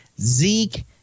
Zeke